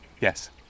Yes